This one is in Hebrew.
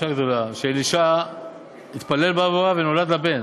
אישה שהתפלל בעבורה ונולד לה בן.